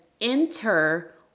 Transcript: Enter